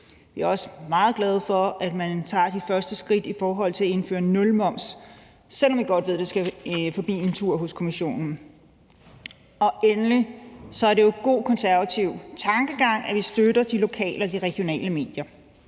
vi er også meget glade for, at man tager de første skridt i forhold til at indføre nulmoms, selv om man godt ved, at det skal en tur forbi Kommissionen. Endelig er det god konservativ tankegang, at vi støtter de lokale og regionale medier.